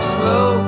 slow